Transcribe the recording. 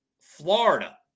Florida